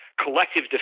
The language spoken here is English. collective